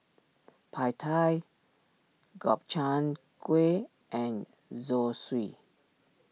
Pad Thai Gobchang Gui and Zosui